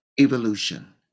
evolution